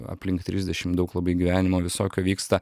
aplink trisdešim daug labai gyvenimo visokio vyksta